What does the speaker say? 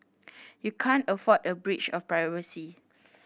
you can't afford a breach of privacy